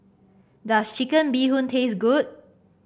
does Chicken Bee Hoon taste good